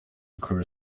occur